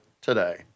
today